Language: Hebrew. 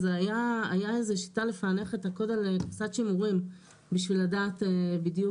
אז הייתה איזו שיטה לפענח את הקוד על קופסת שימורים בשביל לדעת בדיוק.